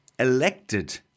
Elected